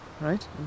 right